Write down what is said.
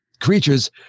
creatures